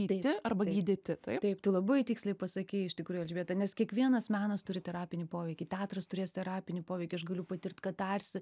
gyti arba gydyti taip tai labai tiksliai pasakei iš tikrųjų elžbieta nes kiekvienas menas turi terapinį poveikį teatras turės terapinį poveikį aš galiu patirt katarsį